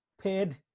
paid